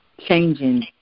changing